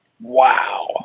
Wow